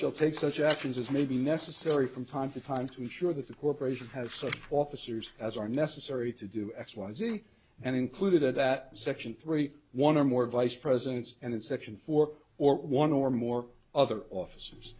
shall take such actions as may be necessary from time to time to ensure that the corporations have such officers as are necessary to do x y z and included in that section three one or more vice presidents and in section four or one or more other offices